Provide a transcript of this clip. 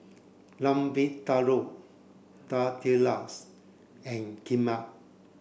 Lamb Vindaloo Tortillas and Kheema